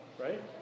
Right